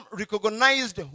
recognized